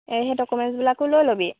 সেই ডকুমেণ্টছবিলাকো লৈ ল'বি